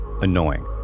annoying